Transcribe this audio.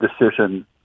decision